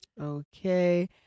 okay